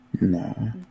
No